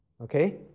Okay